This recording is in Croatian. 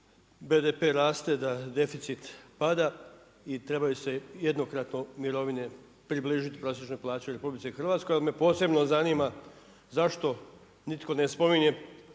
BDP raste, da deficit pada i trebaju se jednokratno mirovine približiti prosječnoj plaći u RH. Ali me posebno zanima zašto nitko ne spominje